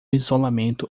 isolamento